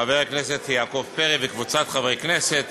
חבר הכנסת יעקב פרי וקבוצת חברי הכנסת